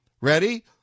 Ready